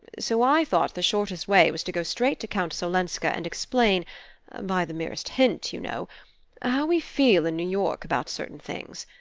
so i thought the shortest way was to go straight to countess olenska and explain by the merest hint, you know how we feel in new york about certain things.